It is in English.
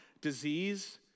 Disease